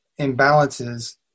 imbalances